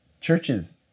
churches